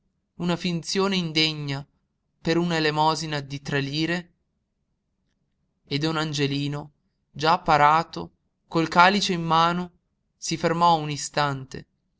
una finzione indegna per una elemosina di tre lire e don angelino già parato col calice in mano si fermò un istante